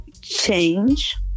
change